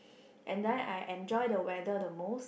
and then I enjoy the weather the most